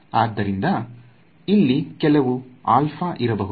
ಆದ್ದರಿಂದ ಇಲ್ಲಿ ಕೆಲವು ಆಲ್ಫಾ ಇರಬಹುದು